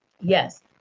yes